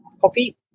coffee